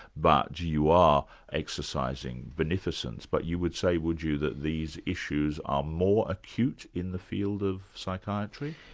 but you you are exercising beneficence, but you would say would you, that these issues are more acute in the field of psychiatry?